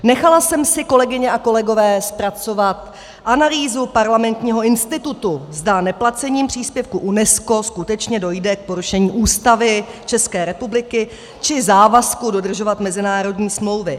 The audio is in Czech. Nechala jsem si, kolegyně a kolegové, zpracovat analýzu Parlamentního institutu, zda neplacením příspěvku UNESCO skutečně dojde k porušení Ústavy České republiky či závazku dodržovat mezinárodní smlouvy.